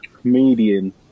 comedian